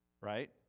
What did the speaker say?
right